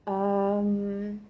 um